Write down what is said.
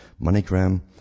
MoneyGram